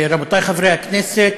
רבותי חברי הכנסת,